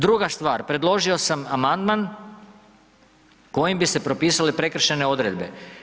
Druga stvar, predložio sam amandman kojim bi se propisale prekršajne odredbe.